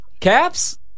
Caps